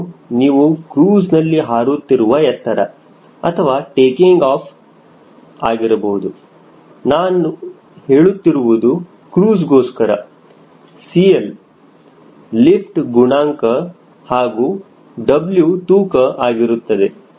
ರೊ ನೀವು ಕ್ರೂಜ್ನಲ್ಲಿ ಹಾರುತ್ತಿರುವ ಎತ್ತರ ಅಥವಾ ಟೇಕಿಂಗ್ ಆಫ್ ಆಗಿರುತ್ತದೆ ನಾನು ಹೇಳುತ್ತಿರುವುದು ಕ್ರೂಜ್ ಗೋಸ್ಕರ Cl ಲಿಫ್ಟ್ ಗುಣಾಂಕ ಹಾಗೂ W ತೂಕ ಆಗಿರುತ್ತದೆ